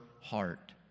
heart